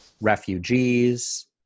refugees